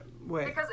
wait